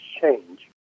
change